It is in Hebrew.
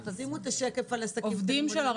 שימו את השקף על עסקים קטנים.